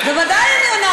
אבל לא התכוונת, את אומרת.